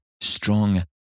strong